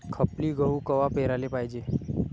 खपली गहू कवा पेराले पायजे?